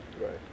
Right